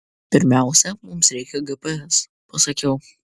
pirmiausia mums reikia gps pasakiau